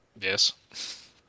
yes